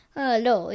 hello